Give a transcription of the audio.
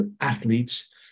athletes